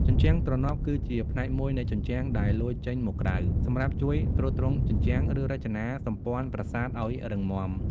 ជញ្ជាំងទ្រនាប់ គឺជាផ្នែកមួយនៃជញ្ជាំងដែលលយចេញមកក្រៅ សម្រាប់ជួយ ទ្រទ្រង់ជញ្ជាំង ឬរចនាសម្ព័ន្ធប្រាសាទឱ្យរឹងមាំ។